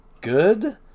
good